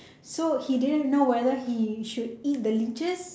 so he didn't know whether he should eat the leeches